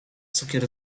cukier